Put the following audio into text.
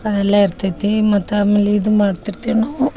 ಅದೆಲ್ಲ ಇರ್ತೈತಿ ಮತ್ತ ಆಮೇಲ ಇದು ಮಾಡ್ತಿರ್ತಿವಿ ನಾವು